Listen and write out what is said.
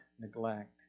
neglect